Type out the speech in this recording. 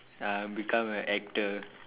uh become an actor